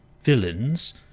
villains